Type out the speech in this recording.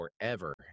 forever